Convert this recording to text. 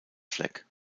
fleck